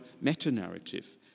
meta-narrative